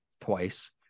twice